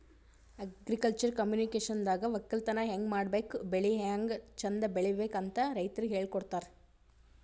agriculture ಕಮ್ಯುನಿಕೇಷನ್ದಾಗ ವಕ್ಕಲತನ್ ಹೆಂಗ್ ಮಾಡ್ಬೇಕ್ ಬೆಳಿ ಹ್ಯಾಂಗ್ ಚಂದ್ ಬೆಳಿಬೇಕ್ ಅಂತ್ ರೈತರಿಗ್ ಹೇಳ್ಕೊಡ್ತಾರ್